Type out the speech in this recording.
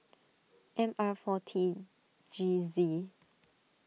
M R four T G Z